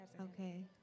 Okay